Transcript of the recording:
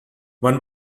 one